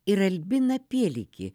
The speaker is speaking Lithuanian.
ir albiną pielikį